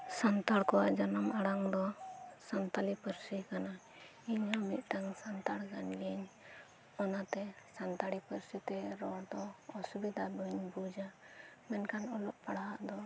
ᱥᱟᱱᱛᱟᱲ ᱠᱚᱣᱟᱜ ᱡᱟᱱᱟᱢ ᱟᱲᱟᱝ ᱫᱚ ᱥᱟᱱᱛᱟᱞᱤ ᱯᱟᱹᱨᱥᱤ ᱠᱟᱱᱟ ᱤᱧᱦᱚ ᱢᱤᱫᱴᱟᱝ ᱥᱟᱱᱛᱟᱲ ᱠᱟᱱᱜᱤᱭᱟᱹᱧ ᱚᱱᱟᱛᱮ ᱥᱟᱱᱛᱟᱲᱤ ᱯᱟᱹᱨᱥᱤᱛᱮ ᱨᱚᱲᱫᱚ ᱚᱥᱩᱵᱤᱫᱷᱟ ᱵᱟᱹᱧ ᱵᱩᱡᱟ ᱢᱮᱱᱠᱷᱟᱱ ᱚᱞᱚᱜ ᱯᱟᱲᱦᱟᱜ ᱫᱚ